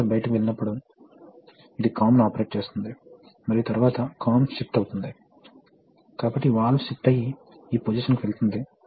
కాబట్టి వెంటనే ఈ వాల్వ్ను ఆపరేట్ చేసే పంపు ప్రెషర్ కి పెరుగుతుంది